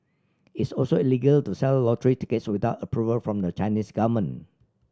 it's also illegal to sell lottery tickets without approval from the Chinese government